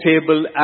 table